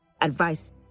advice